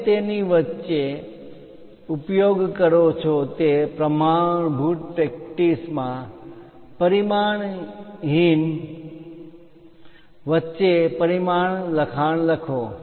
તમે તેની વચ્ચે ઉપયોગ કરો છો તે પ્રમાણભૂત પ્રેક્ટિસમાં પરિમાણહીન વચ્ચે પરિમાણ લખાણ લખો